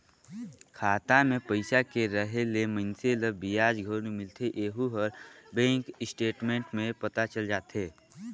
खाता मे पइसा के रहें ले मइनसे ल बियाज घलो मिलथें येहू हर बेंक स्टेटमेंट में पता चल जाथे